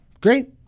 great